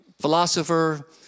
philosopher